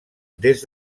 des